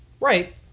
right